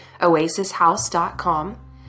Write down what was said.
oasishouse.com